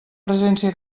presència